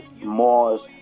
More